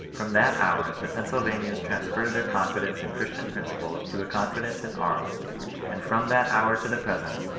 from that hour the pennsylvanians transferred their confidence in chris tian principles to a confidence in arms and from that hour to the present,